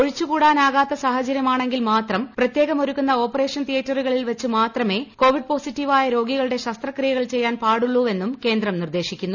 ഒഴിച്ചുകൂടാനാകാത്ത സാഹചരൃമാണെങ്കിൽ മാത്രം പ്രത്യേകമൊരുക്കുന്ന ഓപ്പറേഷൻ തീയററുകളിൽവെച്ച് മാത്രമേ കോവിഡ് പോസിറ്റീവായ രോഗികളുടെ ശസ്ത്രക്രിയകൾ ചെയ്യാൻ പാടുള്ളൂവെന്നും കേന്ദ്രം നിർദേശിക്കുന്നു